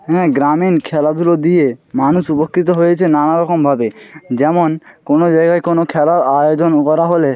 হ্যাঁ গ্রামীণ খেলাধুলো দিয়ে মানুষ উপকৃত হয়েছে নানা রকমভাবে যেমন কোনো জায়গায় কোনো খেলার আয়োজন করা হলে